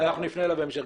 אנחנו בהמשך למשרד הפנים.